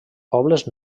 pobles